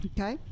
Okay